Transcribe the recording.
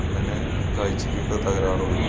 കണ്ണിന് കാഴ്ചയ്ക്കൊക്കെ തകരാറ് വരും